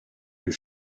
you